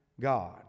god